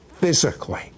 physically